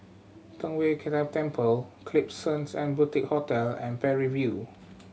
Tong Whye Temple Klapsons and Boutique Hotel and Parry View